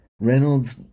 Reynolds